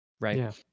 Right